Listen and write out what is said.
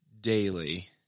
daily